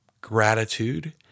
gratitude